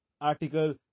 article